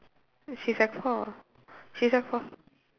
she sec four she sec four